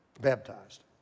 baptized